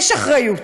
יש אחריות,